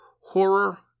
Horror